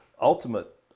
ultimate